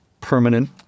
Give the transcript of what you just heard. permanent